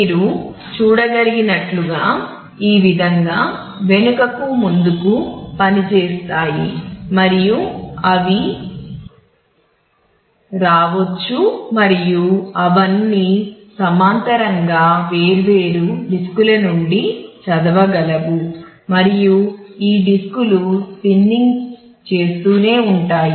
మీరు చూడగలిగినట్లుగా ఈ విధంగా వెనుకకు ముందుకు పనిచేస్తాయి మరియు అవి రావచ్చు మరియు అవన్నీ సమాంతరంగా వేర్వేరు డిస్కు చేస్తూనే ఉంటాయి